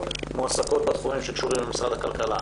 מועסקות בתחומים שקשורים למשרד הכלכלה,